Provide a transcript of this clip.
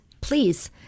please